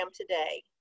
today